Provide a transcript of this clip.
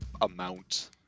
amount